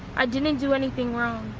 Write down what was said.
i didn't do anything wrong.